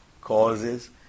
Causes